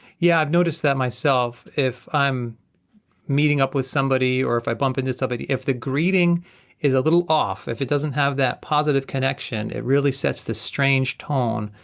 yeah i've noticed that myself. if i'm meeting up with somebody or if i bump into somebody, if the greeting is a little off, if it doesn't have that positive connection it really sets this strange tone,